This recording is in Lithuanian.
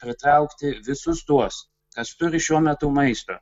pritraukti visus tuos kas turi šiuo metu maistą